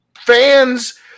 Fans